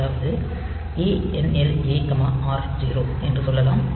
அதாவது ANL A R0 என்று சொல்லலாம்